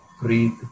Breathe